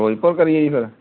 ਫਿਰੋਜ਼ਪੁਰ ਕਰੀਏ ਜੀ ਫਿਰ